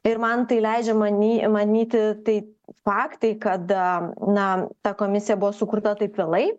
ir man tai leidžia many manyti tai faktai kada na ta komisija buvo sukurta taip vėlai